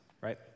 right